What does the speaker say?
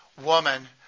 woman